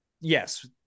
yes